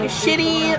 shitty